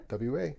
WA